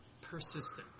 persistent